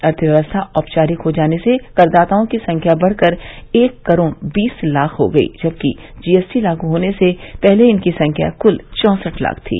अर्थव्यवस्था औपचारिक हो जाने से करदाताओं की संख्या बढ़कर एक करोड़ बीस लाख हो गयी जबकि जीएसटी लागू होने से पहले इनकी संख्या क्ल चौसठ लाख थी